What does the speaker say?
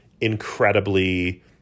incredibly